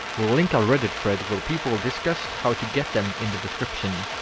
we'll link a reddit thread where people discussed how to get them in the description!